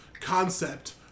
concept